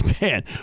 Man